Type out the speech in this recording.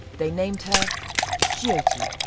they named her jyoti.